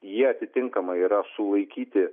jie atitinkamai yra sulaikyti